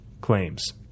claims